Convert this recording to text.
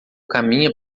caminha